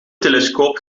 telescoop